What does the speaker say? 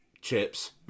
chips